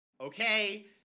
Okay